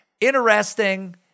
interesting